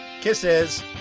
Kisses